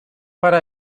para